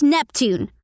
Neptune